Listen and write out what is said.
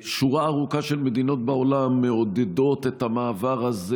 שורה ארוכה של מדינות בעולם מעודדות את המעבר הזה